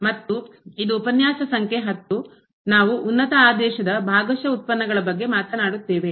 ಮತ್ತು ಇದು ಉಪನ್ಯಾಸ ಸಂಖ್ಯೆ 10 ನಾವು ಉನ್ನತ ಆದೇಶದ ಭಾಗಶಃ ಉತ್ಪನ್ನಗಳ ಬಗ್ಗೆ ಮಾತನಾಡುತ್ತೇವೆ